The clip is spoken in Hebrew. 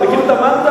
אני מכיר את המנטרה,